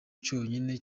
cyonyine